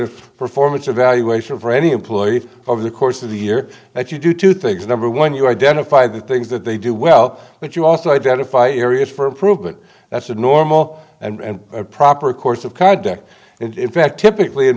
if performance evaluation for any employees over the course of the year that you do two things number one you identify the things that they do well but you also identify areas for improvement that's a normal and proper course of card deck and in fact typically in